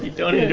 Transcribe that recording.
don't